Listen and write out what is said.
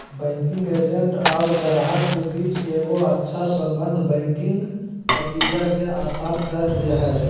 banking agent और गाहक के बीच एगो अच्छा सम्बन्ध बैंकिंग प्रक्रिया के आसान कर दे हय